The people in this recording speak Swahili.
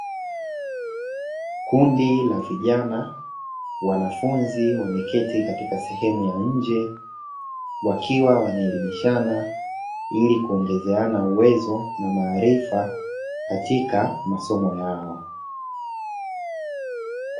Kundi la vijana wanafunzi wa meketi katika sehemu ya nje wakiwa wanaelimishana ili kuongezeana uwezo na maarifa katika masomo yao.